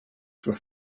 for